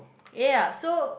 ya so